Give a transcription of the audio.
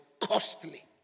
costly